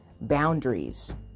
boundaries